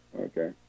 okay